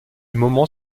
moment